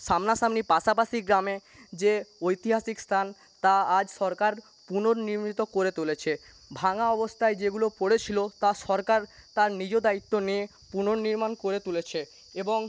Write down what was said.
সামনাসামনি পাশাপাশি গ্রামে যে ঐতিহাসিক স্থান তা আজ সরকার পুনর্নির্মিত করে তুলেছে ভাঙ্গা অবস্থায় যেগুলো পড়েছিল তা সরকার তার নিজ দায়িত্ব নিয়ে পুনর্নিমাণ করে তুলেছে এবং